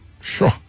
Sure